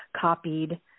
copied